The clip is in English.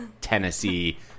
Tennessee